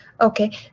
Okay